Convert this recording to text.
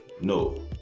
No